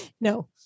no